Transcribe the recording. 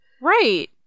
right